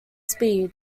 speed